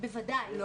בוודאי,